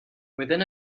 within